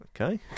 Okay